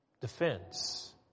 defense